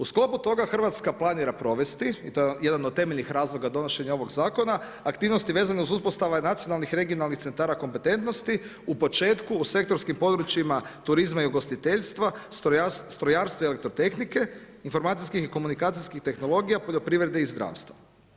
U sklopu toga Hrvatska planira provesti i to je jedan od temeljnih razloga donošenje ovog zakona, aktivnosti vezano uz uspostave nacionalnih, regionalnih centara kompetentnosti, u početku, u sektorskim područjima turizma i ugostiteljstva, strojarstva, elektrotehnike, informacijskih i komunikacijskih tehnologija, poljoprivrede i zdravstva.